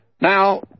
Now